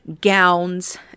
gowns